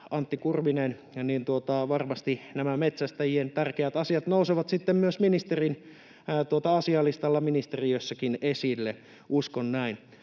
Antti Kurvinen, niin varmasti nämä metsästäjien tärkeät asiat nousevat myös ministerin asialistalla ministeriössäkin esille, uskon näin.